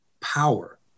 power